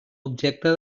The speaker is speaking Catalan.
objecte